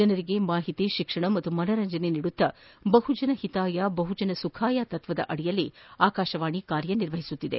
ಜನರಿಗೆ ಮಾಹಿತಿ ಶಿಕ್ಷಣ ಮತ್ತು ಮನರಂಜನೆ ನೀಡುತ್ತಾ ಬಹುಜನ ಹಿತಾಯ ಬಹುಜನ ಸುಖಾಯ ತತ್ವದ ಅಡಿಯಲ್ಲಿ ಆಕಾಶವಾಣಿ ಕಾರ್ಯ ನಿರ್ವಹಿಸುತ್ತಿದೆ